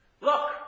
Look